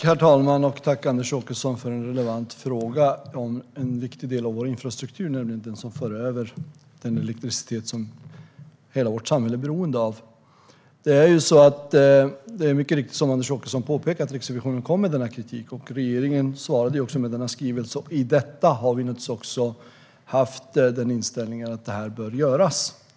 Herr talman! Tack, Anders Åkesson, för en relevant fråga! Den berör en viktig del av vår infrastruktur, nämligen den som för över den elektricitet som hela vårt samhälle är beroende av. Det är mycket riktigt så som Anders Åkesson påpekar att Riksrevisionen har kommit med denna kritik och att regeringen har svarat med en skrivelse. I detta har vi haft inställningen att det här bör göras.